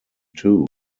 two